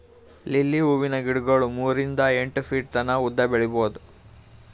lily ಹೂವಿನ ಗಿಡಗೊಳ್ ಮೂರಿಂದ್ ಎಂಟ್ ಫೀಟ್ ತನ ಉದ್ದ್ ಬೆಳಿಬಹುದ್